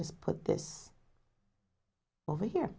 just put this over here